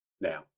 now